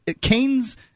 Keynes